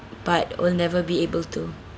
but will never be able to